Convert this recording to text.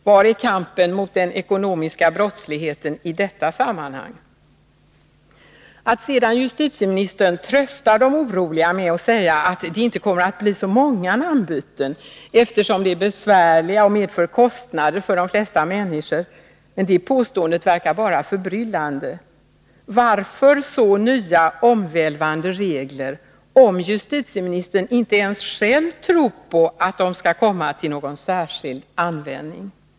Var är kampen mot den ekonomiska brottsligheten i detta sammanhang? Att sedan justitieministern tröstat de oroliga med att säga att det inte kommer att bli så många namnbyten, eftersom de är besvärliga och medför kostnader för de flesta människor, verkar bara förbryllande. Varför så nya omvälvande regler om justitieministern inte ens själv tror på att de skall komma till någon särskild användning?